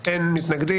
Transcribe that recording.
אין מתנגדים.